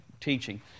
teaching